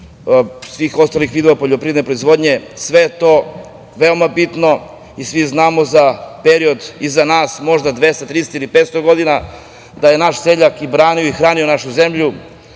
svih ostalih vidova poljoprivredne proizvodnje, sve je to veoma bitno. Svi znamo za period iza nas, možda 200, 300 ili 500 godina, da je naš seljak i branio i hranio našu zemlju.